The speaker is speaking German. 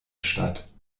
statt